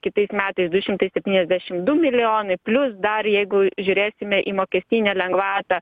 kitais metais du šimtai septyniasdešim du milijonai plius dar jeigu žiūrėsime į mokestinę lengvatą